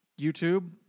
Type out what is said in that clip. YouTube